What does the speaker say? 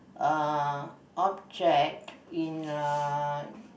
uh object in uh